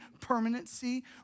permanency